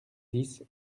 dix